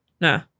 no